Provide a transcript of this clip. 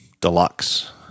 deluxe